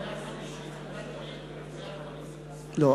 לא.